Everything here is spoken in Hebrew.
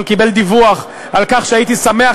אבל הוא קיבל דיווח על כך שהייתי שמח